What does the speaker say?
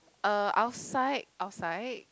uh outside outside